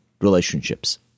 relationships